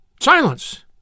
Silence